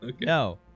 No